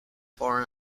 born